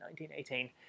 1918